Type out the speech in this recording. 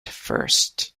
first